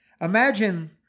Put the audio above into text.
Imagine